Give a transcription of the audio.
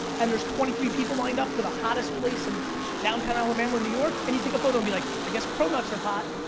and there's twenty three people lined up to the hottest place in downtown alabama or new york, and you take a photo and be like, i guess cronuts are hot.